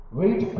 wait